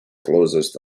closest